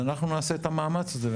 אז אנחנו נעשה את המאמץ הזה.